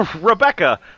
Rebecca